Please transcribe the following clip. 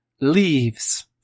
leaves